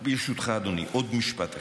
ברשותך, אדוני, עוד משפט אחד.